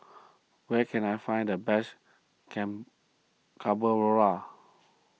where can I find the best can Carbonara